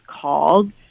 called